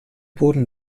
boden